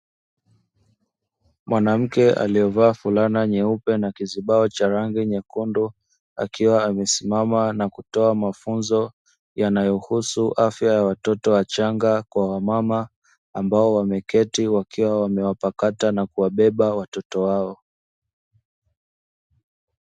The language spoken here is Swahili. Mwanamke aliyevaa fulana nyeupe na kizibao cha rangi nyekundu akiwa amesimama na kutoa mafunzo yanayohusu afya ya watoto wachanga kwa wamama ambao wameketi wakiwa wamewapakata na kuwabeba watoto wao.